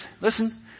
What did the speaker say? Listen